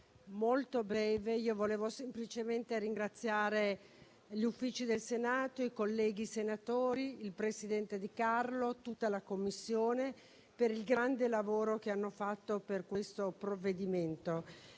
molto breve. Vorrei semplicemente ringraziare gli Uffici del Senato, i colleghi senatori, il presidente De Carlo e tutta la Commissione per il grande lavoro che hanno fatto su questo provvedimento,